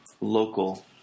local